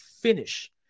finish